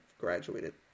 graduated